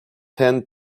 ten